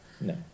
no